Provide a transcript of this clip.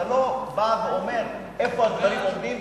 אתה לא בא ואומר איפה הדברים עומדים,